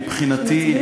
מבחינתי,